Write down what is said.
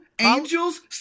angels